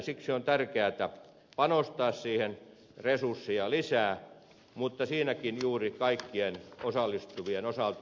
siksi on tärkeätä panostaa siihen resursseja lisää mutta siinäkin juuri kaikkien osallistuvien osalta